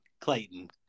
Clayton